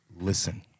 listen